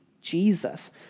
Jesus